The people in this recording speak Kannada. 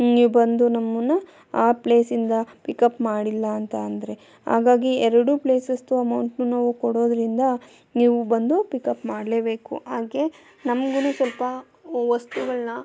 ನೀವು ಬಂದು ನಮ್ಮನ್ನು ಆ ಪ್ಲೇಸಿಂದ ಪಿಕಪ್ ಮಾಡಿಲ್ಲ ಅಂತ ಅಂದರೆ ಹಾಗಾಗಿ ಎರಡು ಪ್ಲೇಸಸ್ದು ಅಮೌಂಟು ನಾವು ಕೊಡೋದರಿಂದ ನೀವು ಬಂದು ಪಿಕಪ್ ಮಾಡಲೇಬೇಕು ಹಾಗೆ ನಮಗೂನು ಸ್ವಲ್ಪ ವಸ್ತುಗಳನ್ನ